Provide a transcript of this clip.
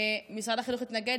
משרד החינוך התנגד,